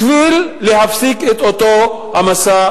בשביל להפסיק את אותו המשא-ומתן.